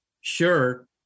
sure